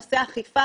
נושא האכיפה,